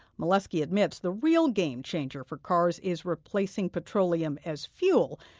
mielewski admits the real game changer for cars is replacing petroleum as fuel.